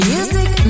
Music